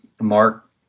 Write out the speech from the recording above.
Mark